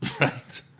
Right